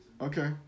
Okay